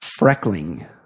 Freckling